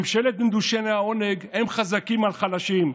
ממשלת מדושני העונג, הם חזקים על חלשים.